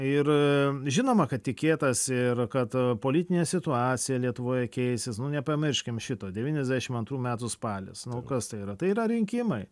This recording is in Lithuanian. ir žinoma kad tikėtasi ir kad politinė situacija lietuvoje keisis nepamirškim šito devyniasdešimt antrų metų spals nu kas tai yra tai yra rinkimai